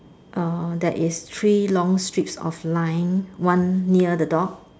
err that is three long streaks of line one near the dog